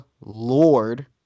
lord